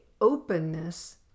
openness